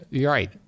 right